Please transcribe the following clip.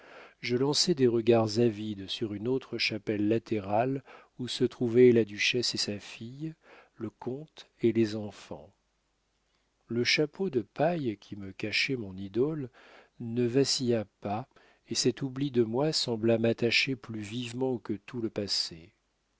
je lançais des regards avides sur une autre chapelle latérale où se trouvaient la duchesse et sa fille le comte et les enfants le chapeau de paille qui me cachait mon idole ne vacilla pas et cet oubli de moi sembla m'attacher plus vivement que tout le passé